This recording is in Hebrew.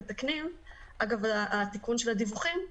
אגב התיקון של הדיווחים,